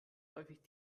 häufig